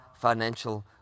financial